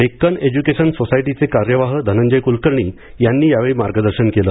Deccan education सोसायटीचे कार्यवाह धनंजय कुलकर्णी यांनी यावेळी मार्गदर्शन केलं